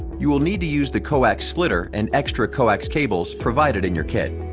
you will need to use the coax splitter and extra coax cables provided in your kit.